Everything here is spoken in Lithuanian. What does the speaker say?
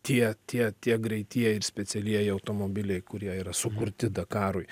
tie tie tie greitieji ir specialieji automobiliai kurie yra sukurti dakarui